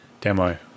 demo